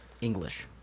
English